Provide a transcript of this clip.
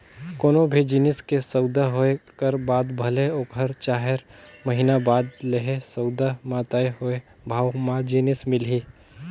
कोनो भी जिनिस के सउदा होए कर बाद भले ओहर चाएर महिना बाद लेहे, सउदा म तय होए भावे म जिनिस मिलही